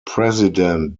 president